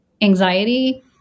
anxiety